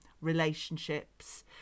relationships